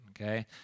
okay